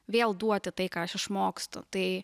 vėl duoti tai ką aš išmokstu tai